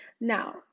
Now